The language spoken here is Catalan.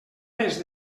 més